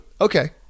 Okay